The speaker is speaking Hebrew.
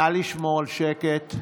נא לשמור על שקט.